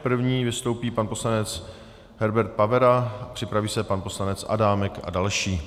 První vystoupí pan poslanec Herbert Pavera, připraví se pan poslanec Adámek a další.